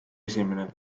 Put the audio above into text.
esimene